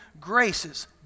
graces